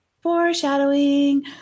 Foreshadowing